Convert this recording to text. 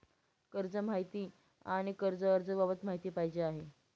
कर्ज माहिती आणि कर्ज अर्ज बाबत माहिती पाहिजे आहे